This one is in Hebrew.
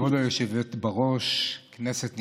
כבוד היושבת בראש, כנסת נכבדה,